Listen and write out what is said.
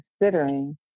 considering